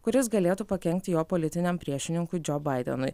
kuris galėtų pakenkti jo politiniam priešininkui džo baidenui